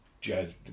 jazz